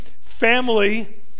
family